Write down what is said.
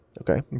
Okay